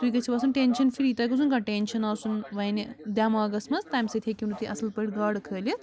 تُہۍ گژھِو آسٕنۍ ٹٮ۪نشَن فِرٛی تۄہہِ گوٚژھ نہٕ کانٛہہ ٹٮ۪نشَن آسُن وَنہِ دٮ۪ماغَس منٛز تَمہِ سۭتۍ ہیٚکِو نہٕ تُہۍ اَصٕل پٲٹھۍ گاڈٕ کھٲلِتھ